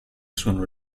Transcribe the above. sono